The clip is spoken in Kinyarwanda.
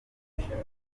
mashuri